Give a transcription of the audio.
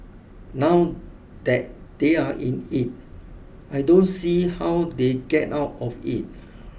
now that they're in it I don't see how they get out of it